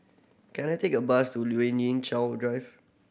can I take a bus to Lien Ying Chow Drive